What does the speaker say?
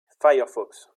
firefox